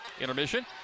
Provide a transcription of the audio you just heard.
intermission